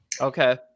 Okay